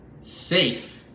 safe